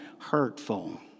Hurtful